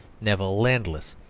neville landless,